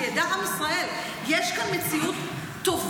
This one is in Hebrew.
שידע עם ישראל: יש כאן מציאות טובה,